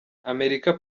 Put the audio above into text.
amerika